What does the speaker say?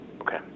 Okay